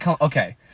okay